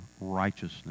righteousness